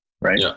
Right